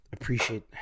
appreciate